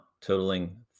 totaling